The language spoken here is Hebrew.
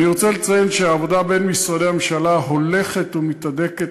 אני רוצה לציין שהעבודה בין משרדי הממשלה הולכת ומתהדקת,